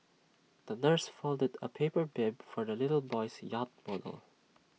the nurse folded A paper for the little boy's yacht model